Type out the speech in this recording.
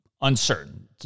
uncertain